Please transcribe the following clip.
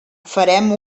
farem